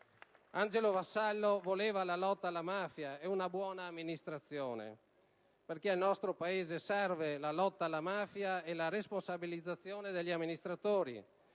Angelo Vassallo voleva la lotta alla mafia e una buona amministrazione, perché al nostro Paese servono la lotta alla mafia, la responsabilizzazione degli amministratori